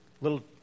little